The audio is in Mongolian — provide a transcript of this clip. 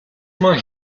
маань